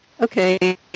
Okay